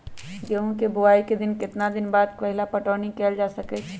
गेंहू के बोआई के केतना दिन बाद पहिला पटौनी कैल जा सकैछि?